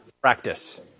practice